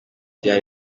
bya